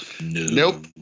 Nope